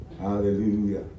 Hallelujah